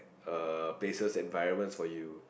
uh places environment for you